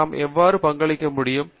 நாம் எவ்வாறு பங்களிக்க முடியும்